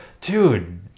dude